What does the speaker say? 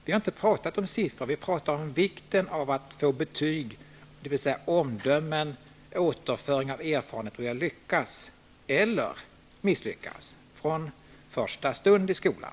Jag har inte talat om siffror, utan om vikten av att få betyg, dvs. omdömen och återföring av erfarenheter för att se om man har lyckats eller misslyckats från första stund i skolan.